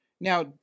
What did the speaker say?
Now